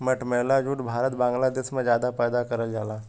मटमैला जूट भारत बांग्लादेश में जादा पैदा करल जाला